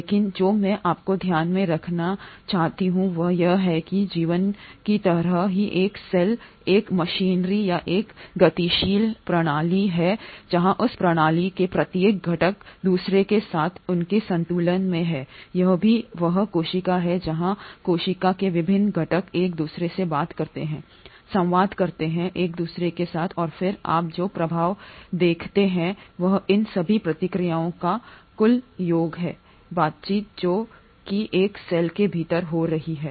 लेकिन जो मैं आपको ध्यान में रखना चाहता हूं वह यह है कि जीवन की तरह ही एक सेल एक मशीनरी या एक गतिशील है प्रणाली जहां उस प्रणाली के प्रत्येक घटक दूसरे के साथ उसके संतुलन में है यह भी वह कोशिका है जहाँ कोशिका के विभिन्न घटक एक दूसरे से बात करते हैं संवाद करते हैं एक दूसरे के साथ और फिर आप जो प्रभाव देखते हैं वह इन सभी प्रतिक्रियाओं का कुल योग है बातचीत जो एक सेल के भीतर हो रही है